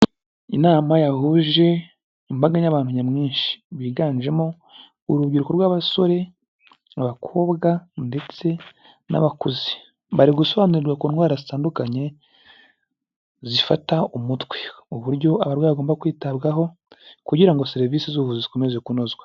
Inama yahuje imbaga n'abantu nyamwinshi, biganjemo urubyiruko rw'abasore, abakobwa ndetse n'abakuze, bari gusobanurirwa ku ndwara zitandukanye zifata umutwe, uburyo abarwayi bagomba kwitabwaho kugira ngo serivisi z'ubuvu zikomeze kunozwa.